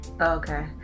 okay